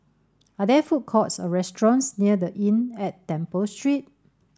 are there food courts or restaurants near The Inn at Temple Street